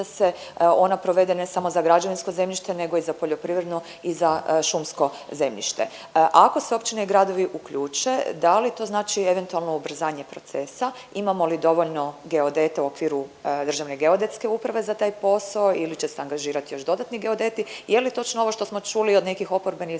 se ona provede ne samo za građevinsko zemljište nego i za poljoprivredno i za šumsko zemljište. Ako se općine i gradovi uključe da li to znači eventualno ubrzanje procesa, imamo li dovoljno geodeta u okviru Državne geodetske uprave za taj posao ili će se angažirati još dodatni geodeti? Je li točno ovo što smo čuli od nekih oporbenih